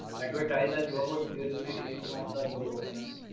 advertise a job or skill with ease on the job auction.